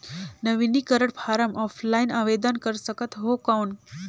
नवीनीकरण form offline आवेदन कर सकत हो कौन?